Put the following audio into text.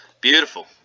Beautiful